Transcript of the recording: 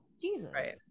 jesus